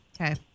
Okay